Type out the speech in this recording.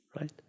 right